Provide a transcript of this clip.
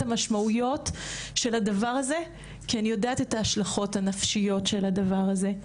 המשמעויות של זה ויודעת את ההשלכות הנפשיות של ניתוח.